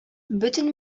бөтен